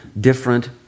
different